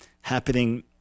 happening